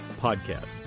Podcast